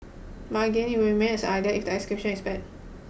but again it will remain as an idea if the execution is bad